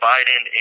Biden